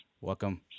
Welcome